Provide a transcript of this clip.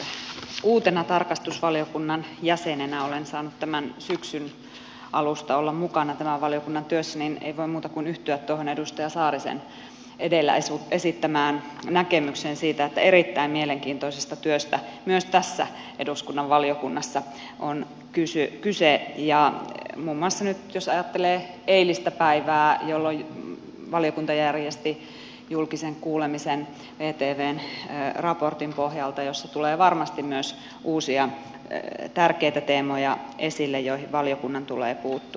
kun uutena tarkastusvaliokunnan jäsenenä olen saanut tämän syksyn alusta olla mukana tämän valiokunnan työssä niin ei voi muuta kuin yhtyä tuohon edustaja saarisen edellä esittämään näkemykseen siitä että erittäin mielenkiintoisesta työstä myös tässä eduskunnan valiokunnassa on kyse muun muassa nyt jos ajattelee eilistä päivää jolloin valiokunta järjesti julkisen kuulemisen vtvn raportin pohjalta jossa tulee varmasti myös uusia tärkeitä teemoja esille joihin valiokunnan tulee puuttua